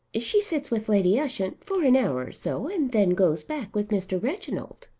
she sits with lady ushant for an hour or so and then goes back with mr. reginald.